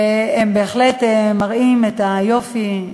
בהחלט מראים את היופי.